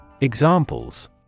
Examples